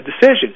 decision